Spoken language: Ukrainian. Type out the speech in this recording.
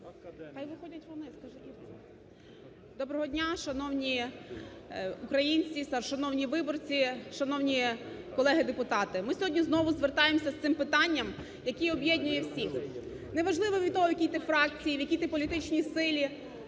Доброго дня, шановні українці, шановні виборці, шановні колеги-депутати. Ми сьогодні знову звертаємося з цим питанням, яке об'єднує всіх. Не важливо від того, в якій ти фракції, в якій ти політичній силі,